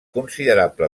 considerable